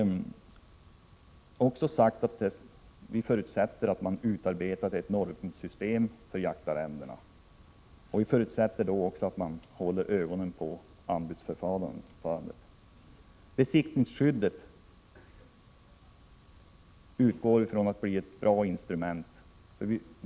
Vi förutsätter att ett normsystem för jaktarrenden utarbetas och att anbudsförfarandet hålls under uppsikt. Vi utgår från att besittningsskyddet blir ett bra instrument.